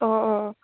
অঁ অঁ